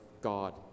God